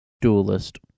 duelist